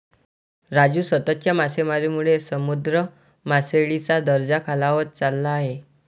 राजू, सततच्या मासेमारीमुळे समुद्र मासळीचा दर्जा खालावत चालला आहे